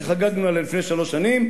שחגגנו עליה לפני שלוש שנים,